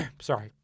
sorry